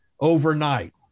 overnight